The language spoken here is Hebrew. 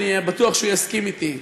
אני בטוח שהוא יסכים אתי,